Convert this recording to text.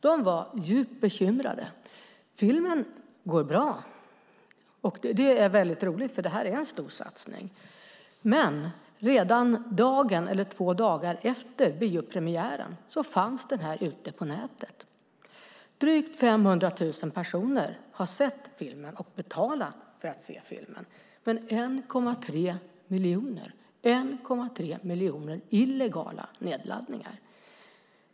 De var djupt bekymrade. Filmen går bra, och det är väldigt roligt, för detta är en stor satsning. Men redan två dagar efter biopremiären fanns filmen ute på nätet. Drygt 500 000 personer har sett filmen och betalat för att se den. Men det har gjorts 1,3 miljoner illegala nedladdningar.